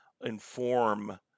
inform